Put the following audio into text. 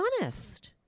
honest